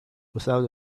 without